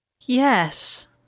Yes